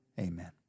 Amen